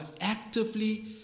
actively